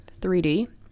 3D